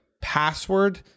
password